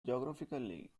geographically